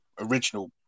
original